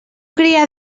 crià